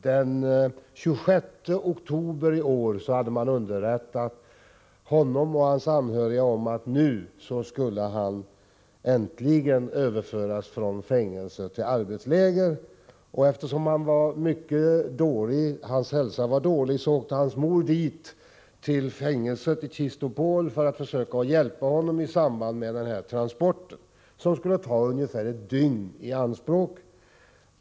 Den 26 oktober i år hade man emellertid underrättat honom och hans anhöriga om att nu skulle han äntligen överföras från fängelse till arbetsläger. Eftersom hans hälsa var mycket dålig, åkte hans mor till fängelset i Chistopol för att försöka hjälpa honom i samband med transporten, som skulle ta ungefär ett dygn i anspråk.